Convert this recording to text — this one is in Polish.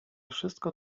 wszystko